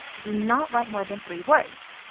do not write more than three words.